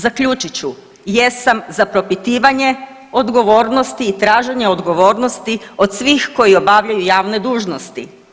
Zaključit ću, jesam za propitivanje odgovornosti i traženje odgovornosti od svih koji obavljaju javne dužnosti.